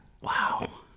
Wow